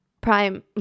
prime